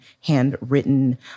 handwritten